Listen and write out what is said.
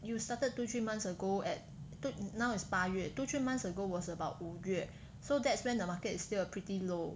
you started two three months ago at the now is 八月 two three months ago was about 五月 so that's when the market is still at pretty low